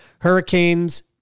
Hurricanes